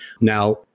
Now